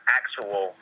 actual